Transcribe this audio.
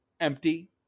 empty